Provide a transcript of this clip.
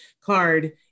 card